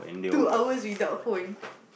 two hours without phone